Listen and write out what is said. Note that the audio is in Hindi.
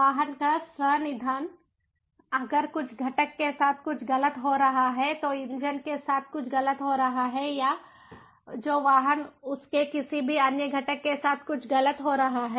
वाहन का स्व निदान अगर कुछ घटक के साथ कुछ गलत हो रहा है तो इंजन के साथ कुछ गलत हो रहा है या जो वाहन उसके किसी भी अन्य घटक के साथ कुछ गलत हो रहा है